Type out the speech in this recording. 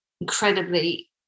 incredibly